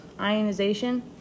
Ionization